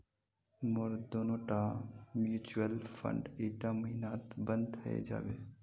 मोर दोनोटा mutual fund ईटा महिनात बंद हइ जाबे